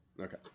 Okay